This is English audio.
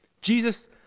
Jesus